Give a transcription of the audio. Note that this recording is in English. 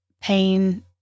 pain